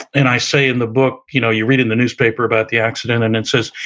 and i say in the book, you know you read in the newspaper about the accident and it says,